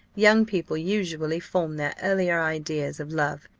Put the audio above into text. young people usually form their earlier ideas of love,